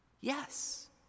Yes